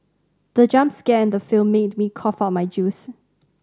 the jump scare in the film made me cough out my juice